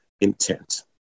intent